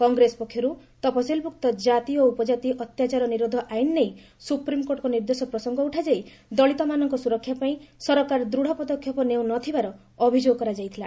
କଂଗ୍ରେସ ପକ୍ଷରୁ ତଫସିଲ୍ଭୁକ୍ତ ଜାତି ଓ ଉପକ୍ରାତି ଅତ୍ୟାଚାର ନିରୋଧ ଆଇନ ନେଇ ସୁପ୍ରିମ୍କୋର୍ଟଙ୍କ ନିର୍ଦ୍ଦେଶ ପ୍ରସଙ୍ଗ ଉଠାଯାଇ ଦଳିତମାନଙ୍କ ସୁରକ୍ଷାପାଇଁ ସରକାର ଦୃଢ଼ ପଦକ୍ଷେପ ନେଉ ନ ଥିବାର ଅଭିଯୋଗ କରାଯାଇଥିଲା